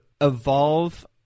evolve